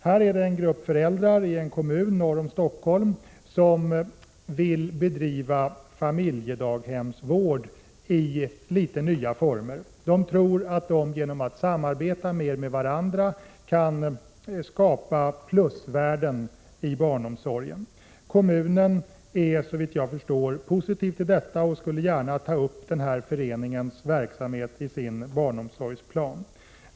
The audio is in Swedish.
Här rör det sig om en grupp dagmammor och föräldrar i en kommun norr om Stockholm som vill bedriva familjedaghemsverksamhet i delvis nya former. De tror att de genom att samarbeta mera med varandra kan skapa plusvärden i barnomsorgen. Kommunen är positiv till detta och skulle gärna ta upp föreningens verksamhet i sin barnomsorgsplan.